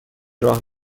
راه